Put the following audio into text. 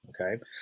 Okay